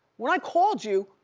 when i called you,